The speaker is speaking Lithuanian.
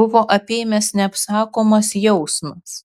buvo apėmęs neapsakomas jausmas